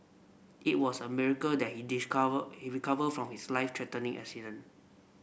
it was a miracle that he discover he recover from his life threatening accident